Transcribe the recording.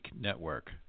Network